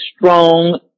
strong